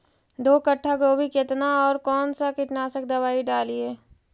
दो कट्ठा गोभी केतना और कौन सा कीटनाशक दवाई डालिए?